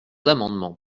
amendements